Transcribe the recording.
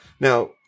Now